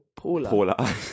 Paula